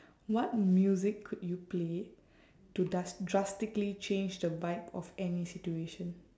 what music could you play to dras~ drastically change the vibe of any situation